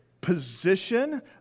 position